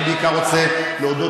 אני בעיקר רוצה להודות